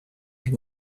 from